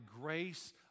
grace